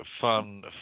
fun